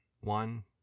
One